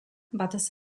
batez